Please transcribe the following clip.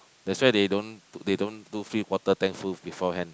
that's why they don't they don't do three quarter tank full beforehand